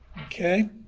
Okay